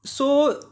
so